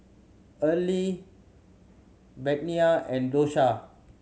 Earle Bettina and Dosha